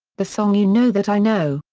the song you know that i know,